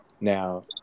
now